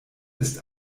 ist